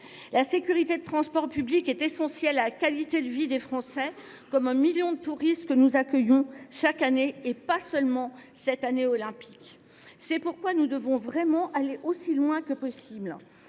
La sécurité desdits transports est essentielle à la qualité de vie des Français, comme à celle des millions de touristes que nous accueillons chaque année – et je ne pense pas seulement à cette année olympique. C’est pourquoi nous devons vraiment aller aussi loin que possible.